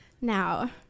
now